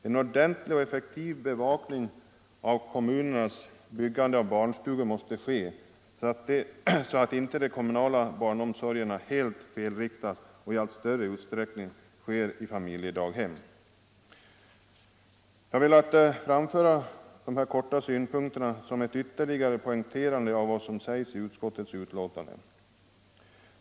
En ordentlig och effektiv bevakning av kommunernas byggande av barnstugor måste ske, så att inte resurserna helt felriktas och den kommunala barnomsorgen i allt större utsträckning kommer att ske i familjedaghem. Jag har helt kortfattat velat framföra dessa synpunkter för att ytterligare poängtera vad som sägs i utskottets betänkande.